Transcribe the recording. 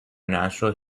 natural